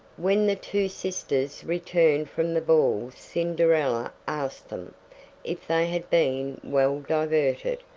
when the two sisters returned from the ball cinderella asked them if they had been well diverted,